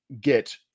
get